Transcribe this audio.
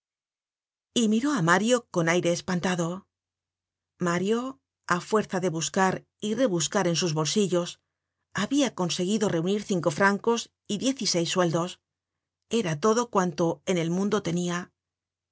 y miró á mario con aire espantado mario á fuerza de buscar y rebuscar en sus bolsillos habia conseguido reunir cinco francos y diez y seis sueldos era todo cuanto en el mundo tenia